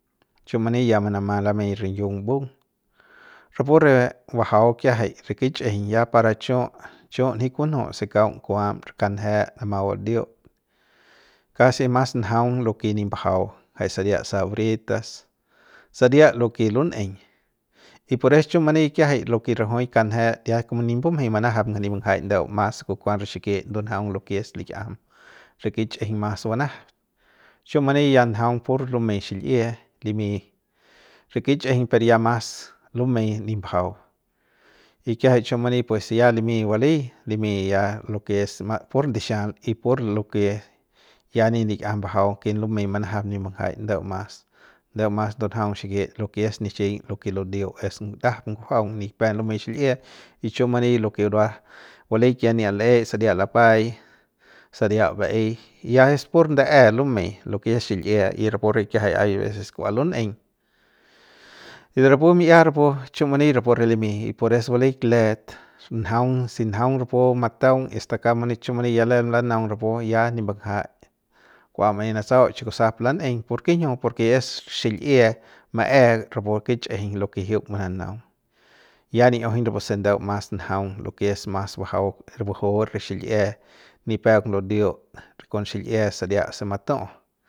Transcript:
Chiu mani ya manama malamey rinyiung mbu'ung rapu re bajau kiajai re kichꞌijiñ ya para chuꞌ chuꞌ nji kunju se kaung kuam re kanjet namat budiut kasi mas njaung lo ke nip mbajau jai saria sabritas saria lo ke lun'eiñ y por es chu mani kiajai ke rajuik kanjet ya kum nip bumjei manajap nip mbanjai ndeu mas se kukuat re xikit ndunjaung lo ke es lik'iajam re kichꞌijiñ lo kes mas banajat chiu mani ya njaung pur lumey xil'ie limi re kichꞌijiñ per ya mas lumey nip mbajau y kiajai chiu mani pues ya limiy bali limy ya lo ke ya es ya pur ndixial y pur lo ke ya nip likiajam mbajau ke nlumei manajap nip mbanjaik ndeu mas ndeu mas ndunjaung xikit lo ke es nichiñ lo ke ludiu lo ke es ndajap ngujuaung nipep lumey xil'ie y chiu mani lo ke burua balik ya ni'iat le'eik saria lapay saria baey ya es pur ndae lemey lo ke es xil'ie y rapu re ki'iajai hay veces kua lun'eiñ de rapu mi'ia rapu chiu mani rapu re limi pores valik let njaung si njaung rapu mataung y hasta kauk chiu mani ya lem lanaung rapu ya nip mbanjai kua manaei manatsau chikusap lan'eiñ ¿porkinjiu? Porke es xil'ie mae rapu kichꞌijiñ lo ke jiuk mananaung ya ni'iujun rapuse ndeu mas njaung lo ke es mas bajau buju re xil'ie nipep ludiut re kon xil'ie saria se matu'u.